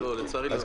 לצערי, לא.